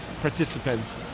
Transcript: participants